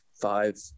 five